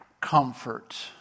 comfort